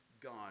God